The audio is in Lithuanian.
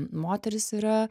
moteris yra